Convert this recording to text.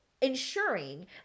ensuring